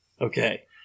Okay